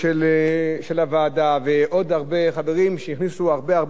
שהכניסו הרבה הרבה מהניסיון ומחוכמת החיים שלהם.